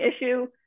issue